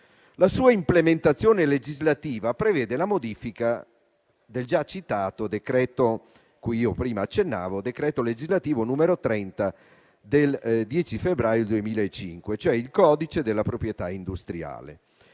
La sua implementazione legislativa prevede la modifica del già citato decreto legislativo n. 30 del 10 febbraio 2005, cioè il codice della proprietà industriale,